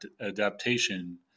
adaptation